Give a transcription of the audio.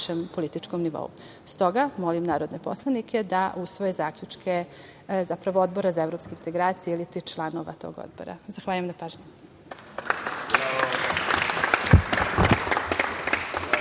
političkom nivou. Stoga, molim narodne poslanike da usvoje zaključke Odbora za Evropske integracije iliti članova tog Odbora. Zahvaljujem na pažnji.